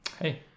Hey